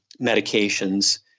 medications